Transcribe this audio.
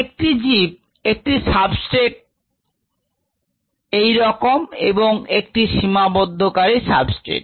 একটি জীব একটি সাবস্ট্রেট এবং একটি limiting সাবস্ট্রেট